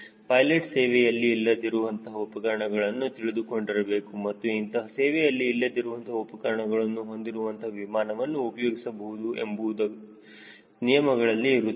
pilot ಸೇವೆಯಲ್ಲಿ ಇಲ್ಲದಿರುವಂತಹ ಉಪಕರಣಗಳನ್ನು ತಿಳಿದುಕೊಂಡಿರಬೇಕು ಮತ್ತು ಇಂತಹ ಸೇವೆಯಲ್ಲಿ ಇಲ್ಲದಿರುವಂತಹ ಉಪಕರಣಗಳನ್ನು ಹೊಂದಿರುವಂತಹ ವಿಮಾನವನ್ನು ಉಪಯೋಗಿಸಬಹುದು ಎಂಬುವುದು ನಿಯಮಗಳಲ್ಲಿ ಇರುತ್ತದೆ